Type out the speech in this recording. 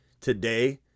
today